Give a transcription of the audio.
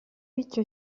icyo